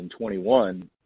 2021 –